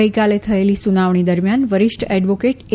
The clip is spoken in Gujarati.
ગઈકાલે થયેલી સુનાવણી દરમ્યાન વરિષ્ઠ એડવોકેટ એ